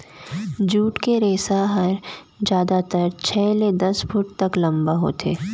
jute के रेसा ह जादातर छै ले दस फूट तक लंबा होथे